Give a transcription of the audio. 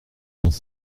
dans